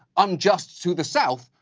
unjust to the south,